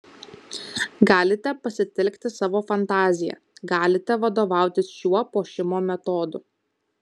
galite pasitelkti savo fantaziją galite vadovautis šiuo puošimo metodu